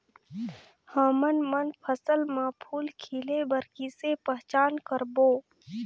हमन मन फसल म फूल खिले बर किसे पहचान करबो?